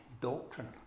doctrine